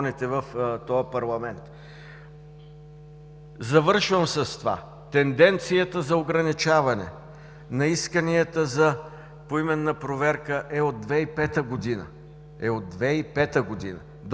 в този парламент. Завършвам със следното: тенденцията за ограничаване на исканията за поименна проверка е от 2005 г., от 2005 г.!